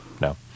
no